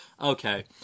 Okay